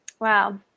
Wow